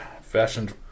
fashioned